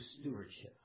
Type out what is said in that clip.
stewardship